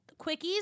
quickies